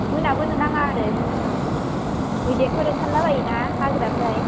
मोनाबोनो नाङा आरो जिखुनु मैदेरफोर ओंखरलाबायो ना हाग्रानिफ्राय